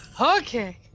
Okay